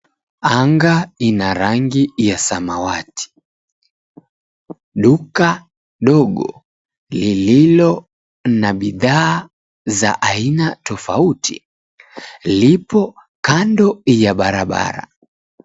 Anga ina rangi ya samawati. Duka dogo lililo na bidhaa aina tofauti lipo kando ya barabara.